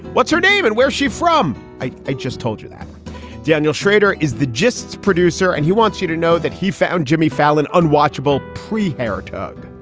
what's her name and where she from? i i just told you that daniel schrader is the justice producer and he wants you to know that he found jimmy fallon unwatchable pre hair tugg.